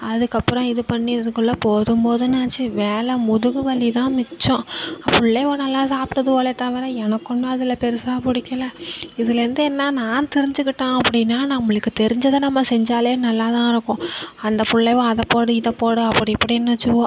அதுக்கப்புறம் இது பண்ணி இதுக்குள்ள போதும் போதும்னு ஆச்சு வேலை முதுகு வலி தான் மிச்சம் புள்ளைவோ நல்லா சாப்பிடுதுவோலே தவிர எனக்கு ஒன்றும் அதில் பெருசாக பிடிக்கல இதுலேயிருந்து என்ன நான் தெரிஞ்சிகிட்டேன் அப்படின்னா நம்மளுக்கு தெரிஞ்சதை நம்ம செஞ்சாலே நல்லாதான் இருக்கும் அந்த பிள்ளைவோ அதை போடு இதை போடு அப்படி இப்படின்னுச்சுவோ